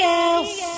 else